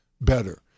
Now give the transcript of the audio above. better